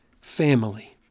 family